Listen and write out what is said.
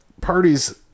parties